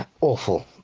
awful